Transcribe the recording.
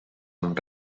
amb